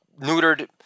neutered